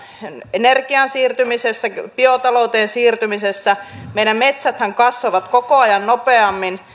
energiaan siirtymisessä biotalouteen siirtymisessä meidän metsäthän kasvavat koko ajan nopeammin